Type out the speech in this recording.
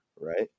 Right